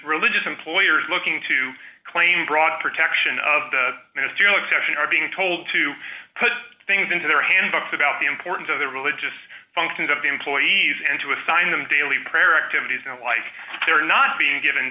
religious employers looking to play same broad protection of the ministerial exception are being told to put things into their hand books about the importance of the religious functions of the employees and to assign them daily prayer activities you know like they're not being given